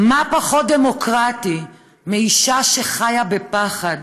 מה פחות דמוקרטי מאישה שחיה בפחד?